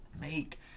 make